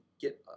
get